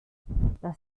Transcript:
das